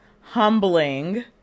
humbling